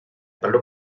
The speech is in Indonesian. perlu